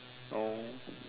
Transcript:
oh